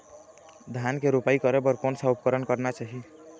धान के रोपाई करे बर कोन सा उपकरण करना चाही?